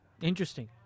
Interesting